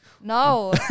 No